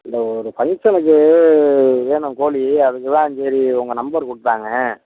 இல்லை ஒரு ஃபங்க்ஷனுக்கு வேணும் கோழி அதுக்கு தான் சரி உங்கள் நம்பர் கொடுத்தாங்க